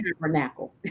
tabernacle